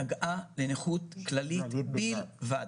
נגעה בנכות כללית בלבד.